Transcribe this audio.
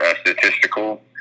statistical